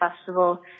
festival